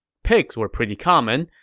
pigs were pretty common,